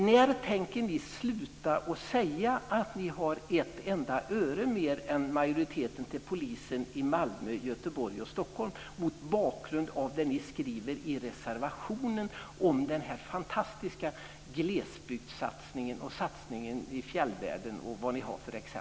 När tänker ni sluta att säga att ni har mer pengar än majoriteten till polisen i Malmö, Göteborg och Stockholm? Detta frågar jag mot bakgrund av det ni skriver i reservationen om den fantastiska glesbygdssatsningen, satsningen i fjällvärlden, osv.